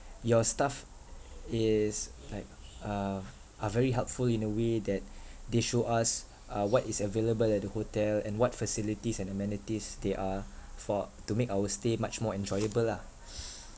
your staff is like uh are very helpful in a way that they show us uh what is available at the hotel and what facilities and amenities there are for to make our stay much more enjoyable lah